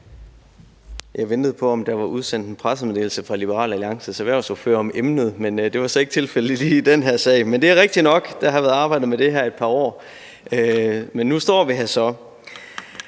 Jeg ventede på, om der var udsendt en pressemeddelse fra Liberal Alliances erhvervsordfører om emnet, men det var så ikke tilfældet lige i den her sag. Men det er rigtigt nok, at der har været arbejdet med det her i et par år, men nu står vi her så.